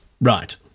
Right